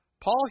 Paul